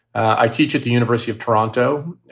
i teach at the university of toronto.